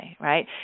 right